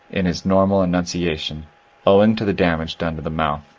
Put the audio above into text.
in his normal enunciation owing to the damage done to the mouth,